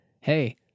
hey